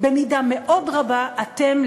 במידה מאוד רבה אתם,